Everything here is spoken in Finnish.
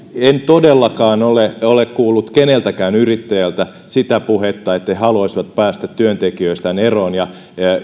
en todellakaan ole kuullut keneltäkään yrittäjältä sitä puhetta että he he haluaisivat päästä työntekijöistään eroon ja